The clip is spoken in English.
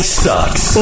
sucks